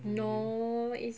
no it's